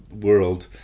world